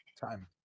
Time